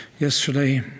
Yesterday